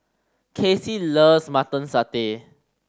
Kacey loves Mutton Satay